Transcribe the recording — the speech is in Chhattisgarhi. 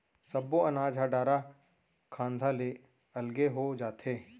सब्बो अनाज ह डारा खांधा ले अलगे हो जाथे